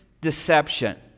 deception